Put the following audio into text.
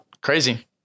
Crazy